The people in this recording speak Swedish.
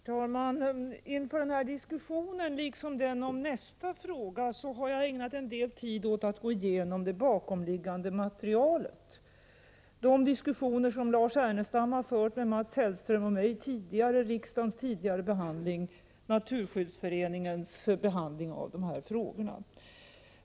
Herr talman! Inför denna diskussion, liksom inför den om nästa fråga, har jag ägnat en del tid åt att gå igenom det bakomliggande materialet — de diskussioner som Lars Ernestam tidigare har fört med Mats Hellström och mig, riksdagens tidigare behandling samt Naturskyddsföreningens behandling av dessa frågor.